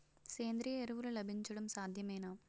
సేంద్రీయ ఎరువులు లభించడం సాధ్యమేనా?